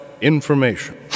information